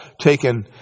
taken